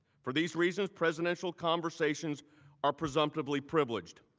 for these reasons, presidential conversations are presumptively privileged.